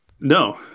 no